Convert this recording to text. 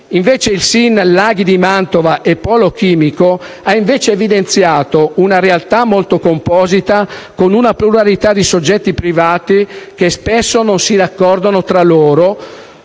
euro. Il SIN Laghi di Mantova e Polo chimico ha invece evidenziato una realtà molto composita, con una pluralità di soggetti privati che spesso non si raccordano tra loro,